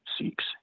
seeks